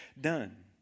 done